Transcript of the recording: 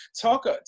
talk